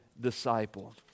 disciple